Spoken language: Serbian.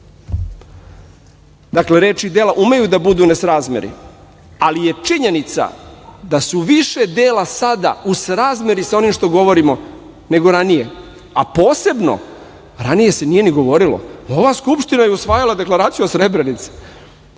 reči i dela umeju da budu u nesrazmeri, ali je činjenica da su više dela sada u srazmeri sa onim što govorimo nego ranije, a posebno ranije se nije ni govorilo. Ova Skupština je usvajala Deklaraciju o Srebrenici